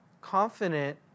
confident